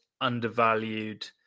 undervalued